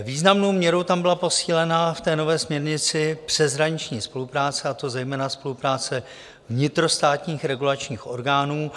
Významnou měrou tam byla posílena v nové směrnici přeshraniční spolupráce, a to zejména spolupráce vnitrostátních regulačních orgánů.